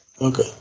Okay